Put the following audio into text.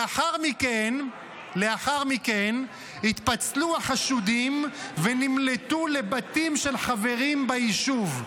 לאחר מכן התפצלו החשודים ונמלטו לבתים של חברים ביישוב.